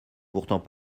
pourtant